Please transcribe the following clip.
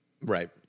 right